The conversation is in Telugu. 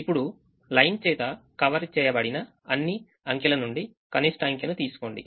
ఇప్పుడు లైన్ చేత కవర్ చేయబడిన అన్ని అంకెల నుండి కనిష్ఠ అంకెను తీసుకోండి